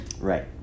Right